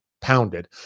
pounded